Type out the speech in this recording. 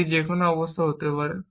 এটি যে কোনো অবস্থা হতে পারে